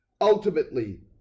Ultimately